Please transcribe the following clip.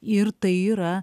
ir tai yra